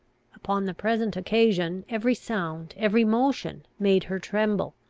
upon the present occasion, every sound, every motion, made her tremble.